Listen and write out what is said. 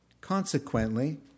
Consequently